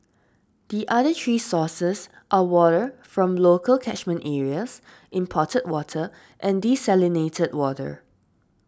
the other three sources are water from local catchment areas imported water and desalinated water